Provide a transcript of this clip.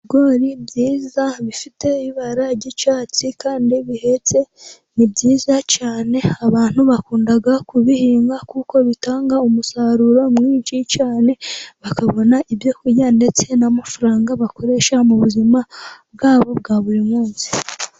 Ibigori byiza bifite ibara ry'icyatsi kandi bihetse ni byiza cyane, abantu bakunda kubihinga kuko bitanga umusaruro mwinshi cyane bakabona ibyo kurya ndetse n'amafaranga bakoresha mu buzima bwabo bwa buri munsi.